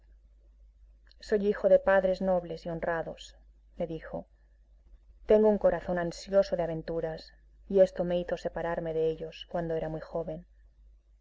soy hijo de padres nobles y honrados le dijo tengo un corazón ansioso de aventuras y esto me hizo separarme de ellos cuando era muy joven